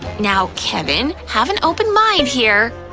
now, kevin, have an open mind here,